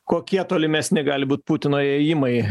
kokie tolimesni gali būt putino ėjimai